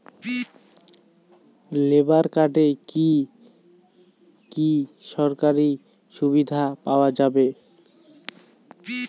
Labour কার্ডে কি কি সরকারি সুবিধা পাওয়া যাবে?